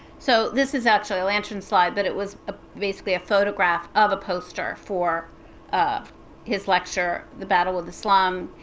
so this is actually a lantern slide, but it was ah basically a photograph of a poster for his lecture, the battle of the slum,